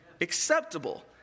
acceptable